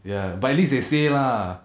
ya but at least they say lah